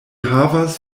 havas